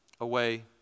away